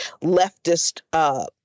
leftist